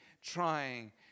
trying